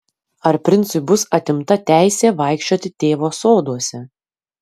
ar princui bus atimta teisė vaikščioti tėvo soduose